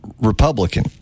Republican